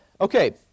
Okay